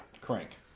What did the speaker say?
crank